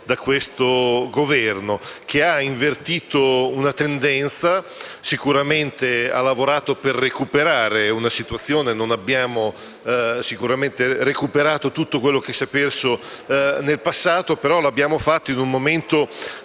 da questo Governo che ha invertito una tendenza e ha sicuramente operato per recuperare una situazione. Non abbiamo certo recuperato tutto quello che si è perso nel passato, ma abbiamo lavorato in un momento